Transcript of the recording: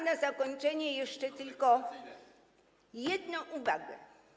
Na zakończenie mam jeszcze tylko jedną uwagę.